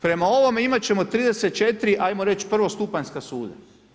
Prema ovome imati ćemo 34 ajmo reći prvostupanjska suda.